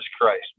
Christ